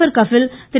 per Kapil Thiru